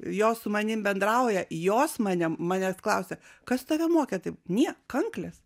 jos su manim bendrauja jos mane manęs klausia kas tave mokė taip nie kanklės